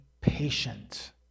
patient